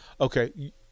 okay